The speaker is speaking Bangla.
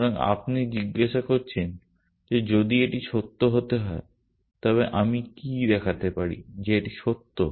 সুতরাং আপনি জিজ্ঞাসা করছেন যে যদি এটি সত্য হতে হয় তবে আমি কি দেখাতে পারি যে এটি সত্য